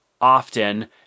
often